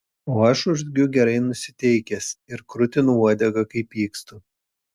o aš urzgiu gerai nusiteikęs ir krutinu uodegą kai pykstu